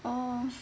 orh